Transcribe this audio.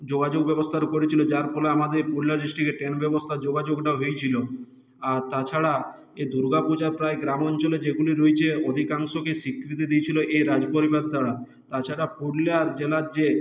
যোগাযোগ ব্যবস্থা করেছিলো যার ফলে আমাদের পুরুলিয়া ডিস্ট্রিকে ট্রেন ব্যবস্থার যোগাযোগটা হয়েছিলো আর তাছাড়া এই দুর্গাপূজা প্রায় গ্রামাঞ্চলে যেগুলি রয়েচে অধিকাংশকে স্বীকৃতি দিয়েছিলো এই রাজপরিবার দ্বারা তাছাড়া পুরুলিয়ার জেলার যে